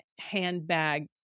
handbag